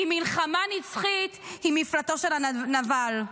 כי מלחמה נצחית היא מפלטו של הנבל.